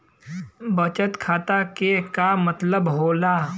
बचत खाता के का मतलब होला?